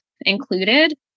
included